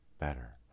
better